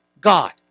God